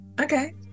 okay